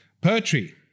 Poetry